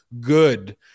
good